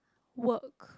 work